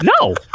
No